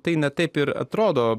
tai ne taip ir atrodo